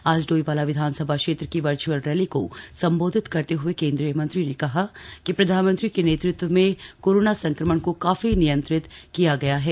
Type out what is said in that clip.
आज डोईवाला विधानसभा क्षेत्र की वर्च्अल रैली को संबोधित करते हए केंद्रीय मंत्री ने कहा कि प्रधानमंत्री के नेतृत्व में कोरोना संक्रमण को काफी नियंत्रित किया गया है